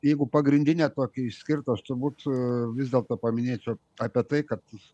jeigu pagrindinę tokią išskirt aš turbūt vis dėlto paminėčiau apie tai kad